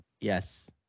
Yes